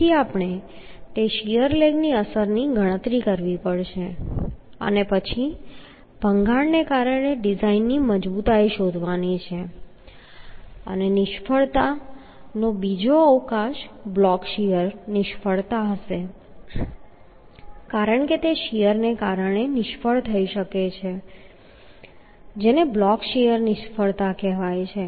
તેથી આપણે તે શીયર લેગ અસરની ગણતરી કરવી પડશે અને પછી ભંગાણને કારણે ડિઝાઇનની મજબૂતાઈ શોધવાની છે અને નિષ્ફળતાનો બીજો અવકાશ બ્લોક શીયર નિષ્ફળતા હશે કારણ કે તે શીયરને કારણે નિષ્ફળ થઈ શકે છે જેને બ્લોક શીયર નિષ્ફળતા કહેવાય છે